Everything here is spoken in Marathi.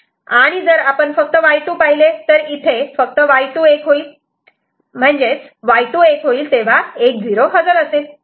आणि जर आपण फक्त Y2 पाहिले तर जेव्हा Y2 1 होईल तेव्हा 1 0 हजर असेल